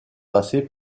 passait